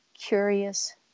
curious